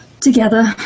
together